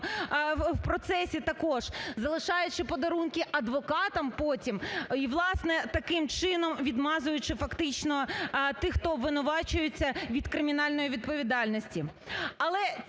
в процесі також, залишаючи подарунки адвокатам потім, і, власне, таким чином відмазуючи фактично тих, хто обвинувачується, від кримінальної відповідальності.